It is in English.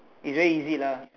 it's very easy lah